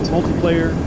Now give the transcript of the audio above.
Multiplayer